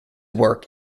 work